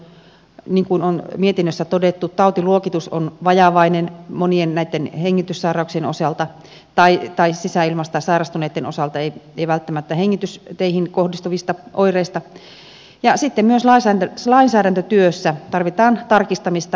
niin kuin on mietinnössä todettu tautiluokitus on vajavainen monien näitten hengityssairauksien osalta tai sisäilmasta sairastuneitten osalta ei välttämättä hengitysteihin kohdistuvista oireista ja sitten myös lainsäädäntötyössä tarvitaan tarkistamista monellakin tasolla